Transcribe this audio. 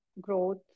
growth